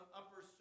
upper